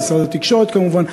משרד התקשורת כמובן.